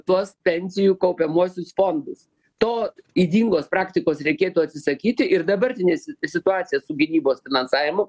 tuos pensijų kaupiamuosius fondus to ydingos praktikos reikėtų atsisakyti ir dabartinės situacija su gynybos finansavimu